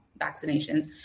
vaccinations